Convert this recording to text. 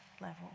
level